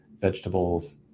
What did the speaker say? vegetables